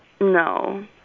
No